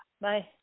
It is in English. Bye